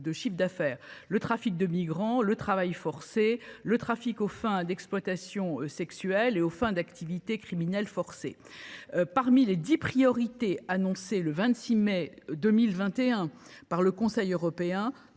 de chiffre d’affaires : trafic de migrants, travail forcé, trafic aux fins d’exploitation sexuelle et d’activités criminelles contraintes… Parmi les dix priorités annoncées le 26 mai 2021 par le Conseil européen,